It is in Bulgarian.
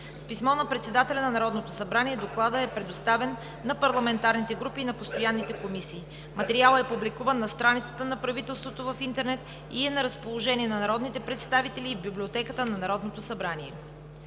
С писмо на председателя на Народното събрание докладът е предоставен на парламентарните групи и на постоянните комисии. Материалът е публикуван на страницата на правителството в интернет и е на разположение на народните представители в Библиотеката на Народното събрание.